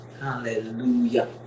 Hallelujah